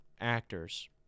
actors